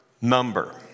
number